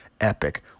epic